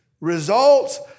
Results